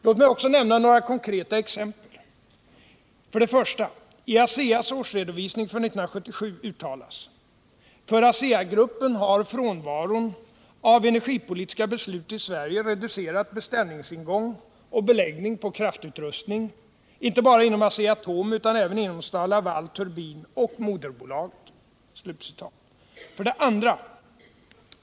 Låt mig också nämna konkreta exempel: ”För ASEA-gruppen har frånvaron av energipolitiska beslut i Sverige reducerat beställningsingång och beläggning på kraftutrustning, inte bara inom ASEA-ATOM utan även inom STAL-LAVAL Turbin och moderbolaget.” 2.